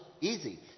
Easy